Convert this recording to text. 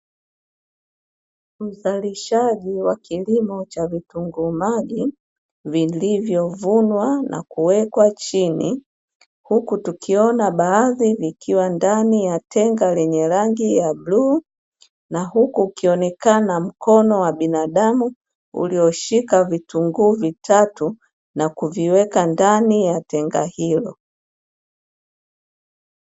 Uzalishaji wa kilimo cha vitunguu maji vilivyovunwa na kuwekwa chini, huku tukiona baadhi vikiwa ndani ya tenga lenye rangi ya bluu, na huku kukionekana mkono wa binadamu ulioshika vitunguu vitatu na kuviweka ndani ya tenga hilo.